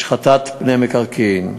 השחתת פני מקרקעין.